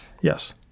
Yes